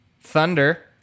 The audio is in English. Thunder